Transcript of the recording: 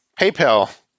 PayPal